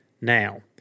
Now